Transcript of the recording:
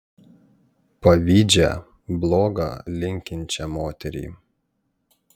pavydžią bloga linkinčią moterį